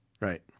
Right